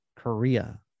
korea